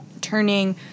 turning